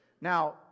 Now